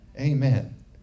Amen